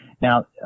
now